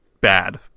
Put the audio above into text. bad